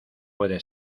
puede